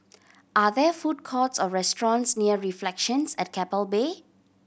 are there food courts or restaurants near Reflections at Keppel Bay